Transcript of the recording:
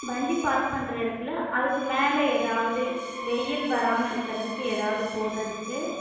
வண்டி பார்க் பண்ணுற இடத்துல அதுக்கு மேல ஏதாவது வெயில் வராமல் இருக்கிறதுக்கு ஏதாவது போடுறதுக்கு